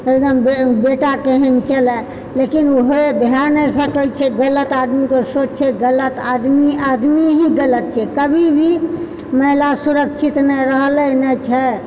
एगदम बेटा केहन चलए लेकिन भए नहि सकैत छै गलत आदमीके सोच छै गलत आदमी आदमी ही गलत छै कभी भी महिला सुरक्षित नहि रहलै नहि छै